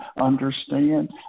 understand